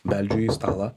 beldžiu į stalą